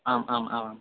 आम् आम् आमाम्